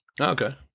Okay